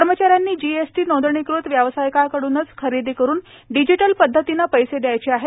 कर्मचाऱ्यांनी जीएसटी नोंदणीकृत व्यावसायिकाकडूनच खरेदी करून डिजिटल पद्वतीने पैसे यायचे द्यायचे आहेत